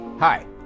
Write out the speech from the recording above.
Hi